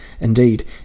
Indeed